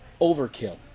Overkill